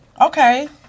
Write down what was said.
Okay